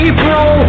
April